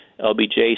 LBJ